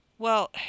Well